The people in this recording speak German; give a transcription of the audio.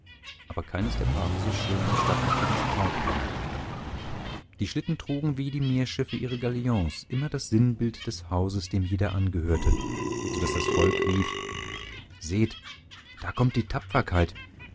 aber keines der paare so schön und stattlich wie das brautpaar die schlitten trugen wie die meerschiffe ihre galions immer das sinnbild des hauses dem jeder angehörte so daß das volk rief seht da kommt die tapferkeit